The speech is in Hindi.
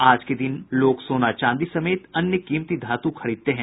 आज के दिन लोग सोना चांदी समेत अन्य कीमती धातु खरीदते हैं